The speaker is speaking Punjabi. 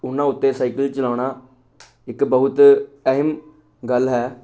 ਉਹਨਾਂ ਉੱਤੇ ਸਾਈਕਲ ਚਲਾਉਣਾ ਇੱਕ ਬਹੁਤ ਅਹਿਮ ਗੱਲ ਹੈ